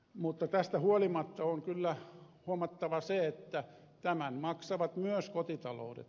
mutta tästä huolimatta on kyllä huomattava se että tämän maksavat myös kotitaloudet